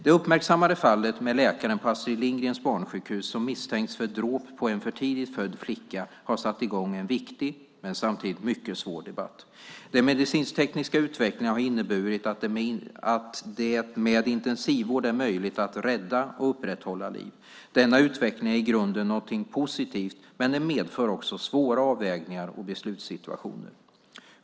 Det uppmärksammade fallet med läkaren på Astrid Lindgrens barnsjukhus som misstänks för dråp på en för tidigt född flicka har satt i gång en viktig, men samtidigt mycket svår, debatt. Den medicinsk-tekniska utvecklingen har inneburit att det med intensivvård är möjligt att rädda och upprätthålla liv. Denna utveckling är i grunden något positivt men den medför också svåra avvägningar och beslutssituationer.